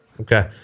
Okay